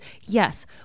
yes